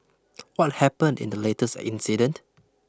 what happened in the latest incident